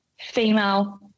female